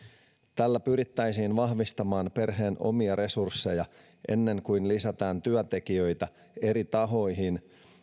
tällä pyrittäisiin vahvistamaan perheen omia resursseja ennen kuin lisätään työntekijöitä eri tahoihin